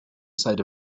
side